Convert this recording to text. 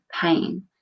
pain